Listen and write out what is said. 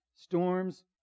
storms